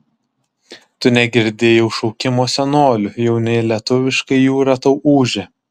tu negirdi jau šaukimo senolių jau ne lietuviškai jūra tau ūžia